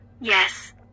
yes